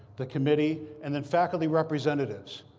the committee, and then faculty representatives.